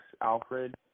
Alfred